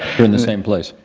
in the same place.